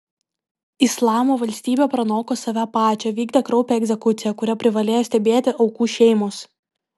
islamo valstybė pranoko save pačią vykdė kraupią egzekuciją kurią privalėjo stebėti aukų šeimos